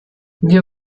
wir